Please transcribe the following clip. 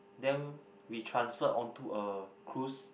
then we transferred onto a cruise